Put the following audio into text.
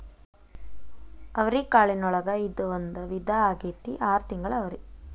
ಅವ್ರಿಕಾಳಿನೊಳಗ ಇದು ಒಂದ ವಿಧಾ ಆಗೆತ್ತಿ ಆರ ತಿಂಗಳ ಅವ್ರಿ